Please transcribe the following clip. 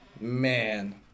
Man